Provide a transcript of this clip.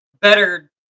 better